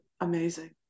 amazing